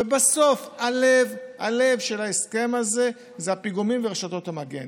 ובסוף, הלב של ההסכם הזה זה הפיגומים ורשתות המגן.